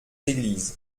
églises